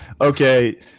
Okay